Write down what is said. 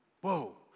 Whoa